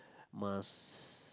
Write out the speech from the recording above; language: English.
must